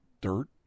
dirt